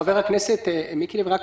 ח"כ מיקי לוי,